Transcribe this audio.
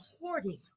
hoarding